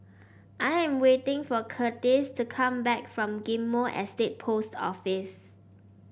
I am waiting for Curtiss to come back from Ghim Moh Estate Post Office